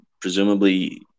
presumably